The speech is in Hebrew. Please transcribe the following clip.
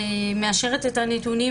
אני מאשרת את הנתונים